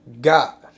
god